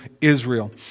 Israel